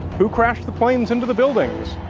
who crashed the planes into the buildings?